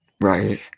Right